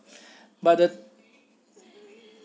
but the